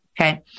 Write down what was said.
Okay